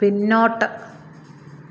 പിന്നോട്ട്